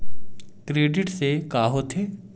Credit से का होथे?